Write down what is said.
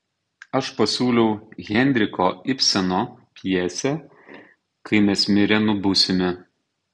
aš pasiūliau henriko ibseno pjesę kai mes mirę nubusime